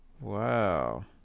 wow